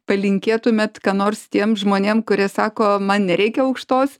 palinkėtumėt ką nors tiem žmonėm kurie sako man nereikia aukštos